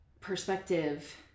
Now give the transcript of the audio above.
perspective